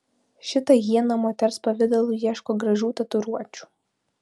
šita hiena moters pavidalu ieško gražių tatuiruočių